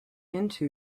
into